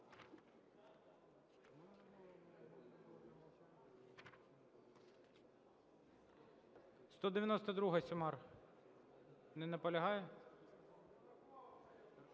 192-а. Сюмар. Не наполягає?